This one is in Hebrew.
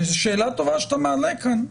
זאת שאלה טובה שאתה מעלה כאן,